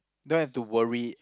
don't have to worry